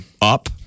up